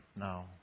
now